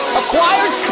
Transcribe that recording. acquired